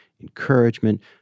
encouragement